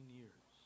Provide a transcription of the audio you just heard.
years